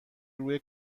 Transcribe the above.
روی